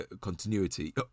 continuity